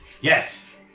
Yes